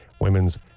women's